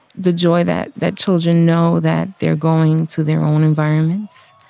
the joy that that children know that they're going to their own environments,